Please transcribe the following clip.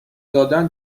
دادن